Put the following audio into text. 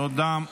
תודה.